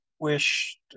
wish